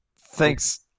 thanks